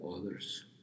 others